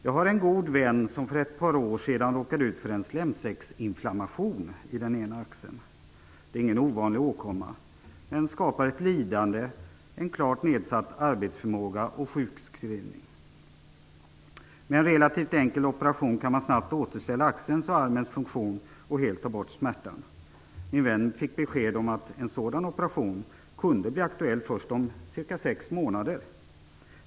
Jag har en god vän som för ett par år sedan råkade ut för en slemsäcksinflammation i den ena axeln. Det är ingen ovanlig åkomma, men den medför ett lidande, en klart nedsatt arbetsförmåga och sjukskrivning. Med en relativt enkelt operation kan man snabbt återställa axelns och armens funktion och helt ta bort smärtan. Min vän fick besked om att en sådan operation kunde bli aktuell första om cirka sex månader.